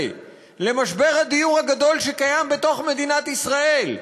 למשבר הדיור הגדול שקיים בתוך מדינת ישראל.